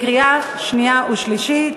קריאה שנייה ושלישית.